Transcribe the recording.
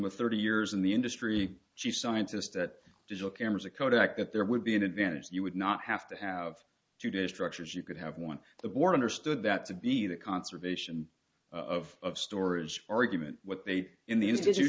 with thirty years in the industry she scientists that digital cameras a kodak that there would be an advantage you would not have to have today structures you could have won the war understood that to be the conservation of storage argument what they did in the in